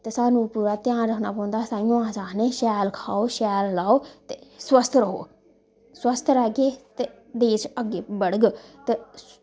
ते स्हानू पूरा ध्यान रक्खना पौंदा ताहियों अस आखने शैल खाओ शैल लाओ ते स्वस्थ रवो स्वस्थ रैह्गे देश अग्गै बढ़ग